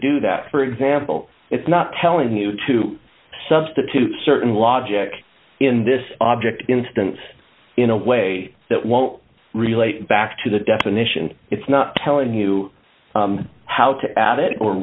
do that for example it's not telling you to substitute certain logic in this object instance in a way that won't relate back to the definition it's not telling you how to add it or